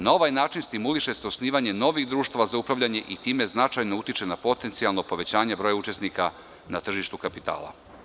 Na ovaj način stimuliše se osnivanje novih društava za upravljanje i time značajno utiče na potencijalno povećanje broja učesnika na tržištu kapitala.